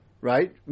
Right